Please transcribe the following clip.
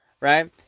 right